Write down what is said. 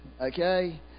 Okay